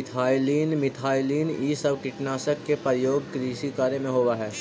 ethylene, methylene इ सब कीटनाशक के प्रयोग कृषि कार्य में होवऽ हई